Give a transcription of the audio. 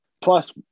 plus